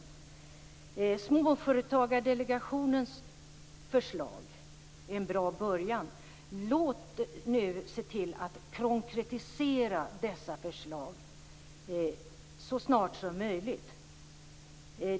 Småföretagsdelegationens förslag är en bra början. Låt oss nu se till att konkretisera dessa förslag så snart som möjligt.